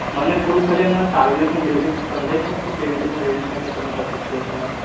મને થોડુંક ખાલી હમણાં ચાર્જિસનું બેઝિક સમજાવી શકશો કેવી રીતનું રહે છે કે તમે પછી કહેશો મને